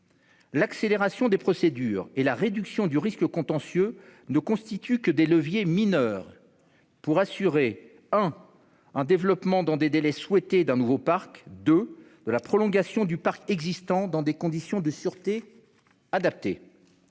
l'accélération des procédures et la réduction du risque contentieux ne constituent que des leviers mineurs pour s'assurer du développement dans les délais souhaités d'un nouveau parc et de la prolongation du parc existant dans les conditions de sûreté adaptées.